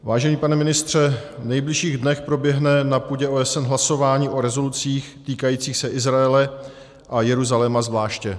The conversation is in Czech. Vážený pane ministře, v nejbližších dnech proběhne na půdě OSN hlasování o rezolucích týkajících se Izraele a Jeruzaléma zvláště.